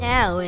Now